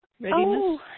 readiness